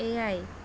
ᱮᱭᱟᱭ